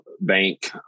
bank